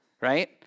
right